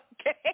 Okay